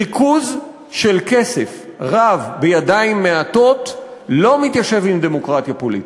ריכוז של כסף רב בידיים מעטות לא מתיישב עם דמוקרטיה פוליטית.